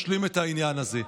נשלים את העניין הזה: